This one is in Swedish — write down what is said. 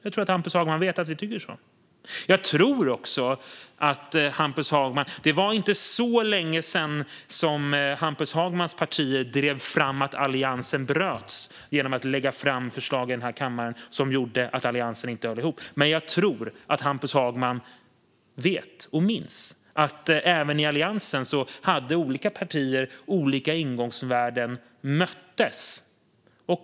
Jag tror att Hampus Hagman vet att vi tycker så. Det var inte så länge sedan Hampus Hagmans parti drev fram att Alliansen bröts genom att man lade fram förslag i kammaren som gjorde att Alliansen inte höll ihop. Jag tror dock att Hampus Hagman vet och minns att även inom Alliansen hade olika partier olika ingångsvärden men möttes.